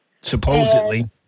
Supposedly